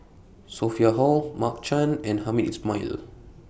Sophia Hull Mark Chan and Hamed Ismail